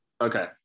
okay